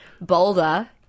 boulder